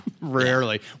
Rarely